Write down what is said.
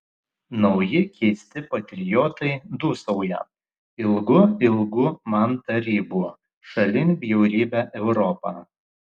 nauji keisti patriotai dūsauja ilgu ilgu man tarybų šalin bjaurybę europą